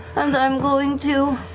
and i'm going to